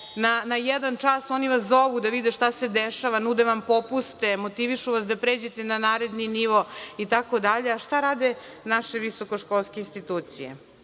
na jedan čas, oni vas zovu da vide šta se dešava, nude vam popuste, motivišu vas da pređete na naredni nivo itd, a šta rade naše visokoškolske institucije? Ovde